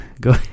go